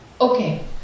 Okay